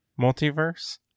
multiverse